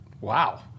wow